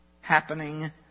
happening